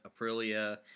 Aprilia